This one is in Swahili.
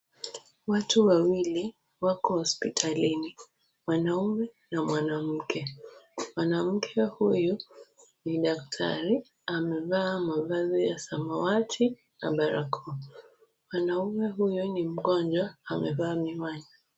Watu wawili wako hospitalini , mwanamme na mwanamke . Mwanamke huyo ni daktari amevaa mavazi ya samawati na barakoa , mwanaume huyo ni mgonjwa amevaa miwani.